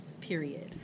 period